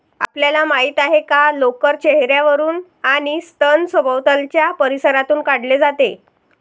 आपल्याला माहित आहे का लोकर चेहर्यावरून आणि स्तन सभोवतालच्या परिसरातून काढले जाते